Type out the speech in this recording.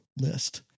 list